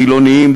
חילונים,